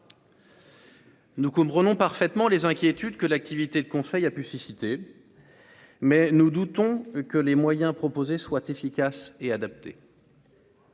Nous comprenons parfaitement les inquiétudes que l'activité de conseil a pu susciter mais nous doutons que les moyens proposés soient efficaces et adaptées.